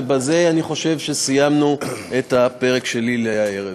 ובזה אני חושב שסיימנו את הפרק שלי להערב.